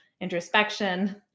introspection